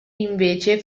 invece